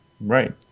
Right